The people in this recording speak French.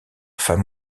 femme